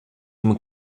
them